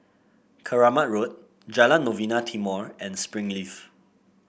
Keramat Road Jalan Novena Timor and Springleaf